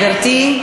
גברתי,